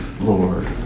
Lord